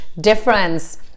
difference